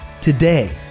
today